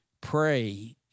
pray